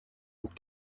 and